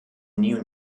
new